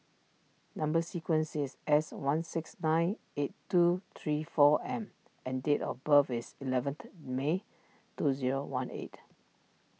Number Sequence is S one six nine eight two three four M and date of birth is eleventh May two zero one eight